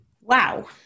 Wow